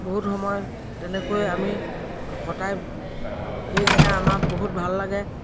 বহুত সময় তেনেকৈয়ে আমি কটাই সেইদিনা আমাৰ বহুত ভাল লাগে